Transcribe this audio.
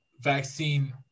vaccine